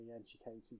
educated